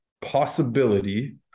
possibility